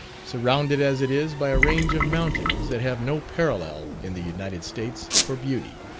surrounded as it is by a range of mountains that have no parallel in the united states for beauty.